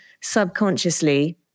subconsciously